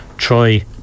Troy